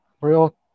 real